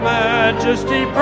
majesty